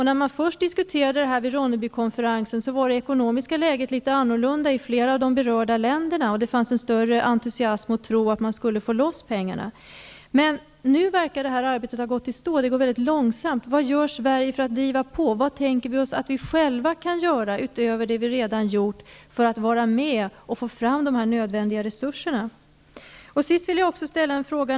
När man först diskuterade detta vid Ronnebykonferensen, var det ekonomiska läget litet annorlunda i flera av de berörda länderna, och det fanns större entusiasm och större tro på att man skulle få loss pengarna. Men nu verkar det här arbetet att gått i stå; det går mycket långsamt. Vad gör Sverige för att driva på? Vad tänker vi oss att vi själva kan göra, utöver det vi redan gjort, för att vara med och få fram de här nödvändiga resurserna? Till sist vill jag ställa ännu en fråga.